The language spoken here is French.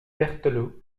berthelot